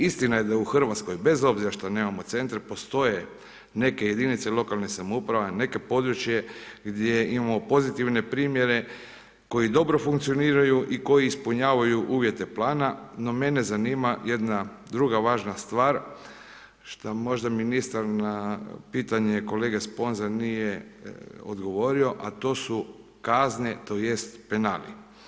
Istina je da u Hrvatskoj bez obzira što nemamo centre postoje neke jedinice lokalne samouprave neka područja gdje imamo pozitivne primjere koje dobro funkcioniraju i koji ispunjavaju uvjete plana, no mene zanima jedna druga važna stvar šta možda ministar na pitanje kolege Sponze nije odgovorio, a to su kazne tj. penali.